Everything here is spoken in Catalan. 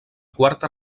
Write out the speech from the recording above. quarta